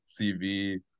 CV